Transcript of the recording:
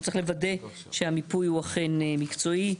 שצריך לוודא שהמיפוי הוא אכן מקצועי,